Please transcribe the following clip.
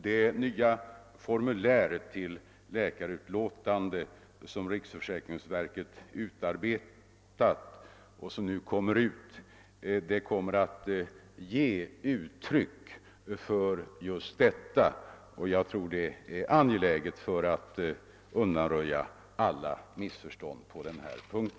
Det nya formulär till läkarutlåtande som riksförsäkringsverket har utarbetat och som nu kommer att utsändas ger uttryck för just detta. Jag tror att det är angeläget med ett sådant omarbe tät formulär för att undanröja alla missförstånd på denna punkt.